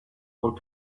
want